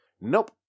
Nope